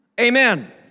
Amen